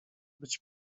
być